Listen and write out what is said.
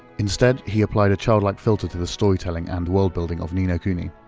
instead, he applied a childlike filter to the storytelling and world building of ni no kuni.